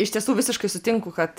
iš tiesų visiškai sutinku kad